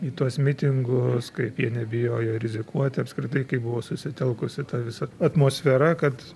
į tuos mitingus kaip jie nebijojo rizikuot apskritai kaip buvo susitelkusi ta visa atmosfera kad